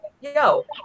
Yo